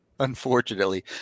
Unfortunately